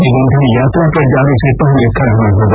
निबंधन यात्रा पर जाने से पहले कराना होगा